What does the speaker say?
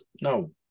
no